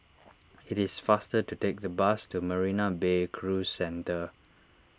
it is faster to take the bus to Marina Bay Cruise Centre